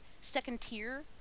second-tier